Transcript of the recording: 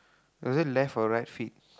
is it left or right feet